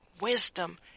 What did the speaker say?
wisdom